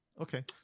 Okay